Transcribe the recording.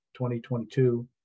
2022